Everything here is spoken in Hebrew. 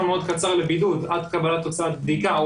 מאוד קצר לבידוד עד קבלת תוצאת בדיקה,